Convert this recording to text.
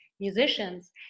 Musicians